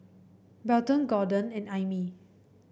Belton Gorden and Aimee